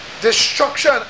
Destruction